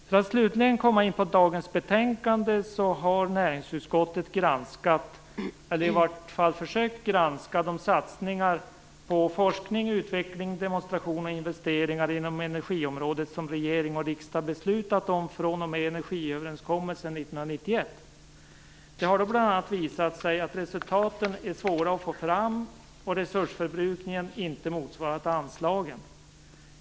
För att slutligen komma in på dagens betänkande har näringsutskottet granskat, eller i varje fall försökt granska, de satsningar på forskning, utveckling, demonstration och investering inom energiområdet som regering och riksdag beslutat om fr.o.m. energiöverenskommelsen 1991. Det har då bl.a. visat sig att resultaten är svåra att få fram och att resursförbrukningen inte motsvarat anslagen.